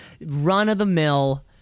run-of-the-mill